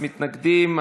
אין מתנגדים,